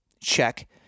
check